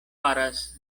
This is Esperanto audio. faras